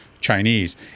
Chinese